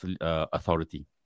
authority